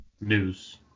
News